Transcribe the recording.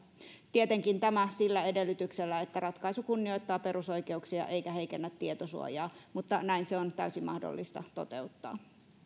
tietenkin tämä sillä edellytyksellä että ratkaisu kunnioittaa perusoikeuksia eikä heikennä tietosuojaa mutta näin se on täysin mahdollista toteuttaa